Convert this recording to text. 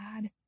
God